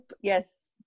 yes